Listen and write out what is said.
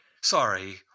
Sorry